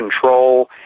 control